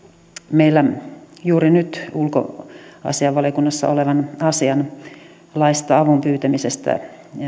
meillä juuri nyt ulkoasiainvaliokunnassa olevan asian laista avun pyytämisestä